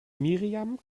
miriam